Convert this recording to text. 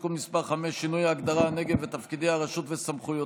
(תיקון מס' 5) (שינוי ההגדרה "הנגב" ותפקידי הרשות וסמכויותיה),